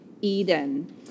Eden